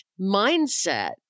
mindset